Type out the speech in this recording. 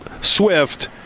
Swift